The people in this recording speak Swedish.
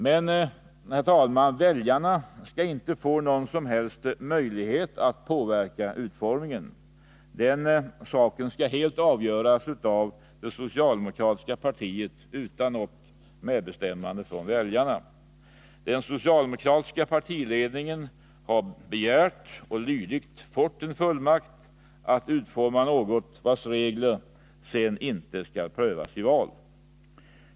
Men, herr talman, väljarna skall inte få någon som helst möjlighet att påverka utformningen. Den saken skall helt avgöras av det socialdemokratiska partiet utan något medbestämmande från väljarna. Den socialdemokratiska partiledningen har begärt och lydigt fått en fullmakt att utforma något vars regler sedan inte skall prövas i val.